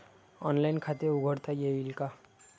Online खाते उघडता येईल का?